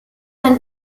ein